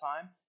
time